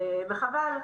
וחבל.